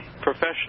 professional